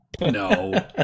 No